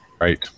Right